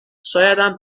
شایدم